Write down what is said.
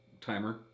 timer